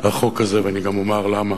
החוק הזה, ואני גם אומר למה.